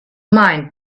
mind